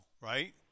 right